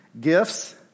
gifts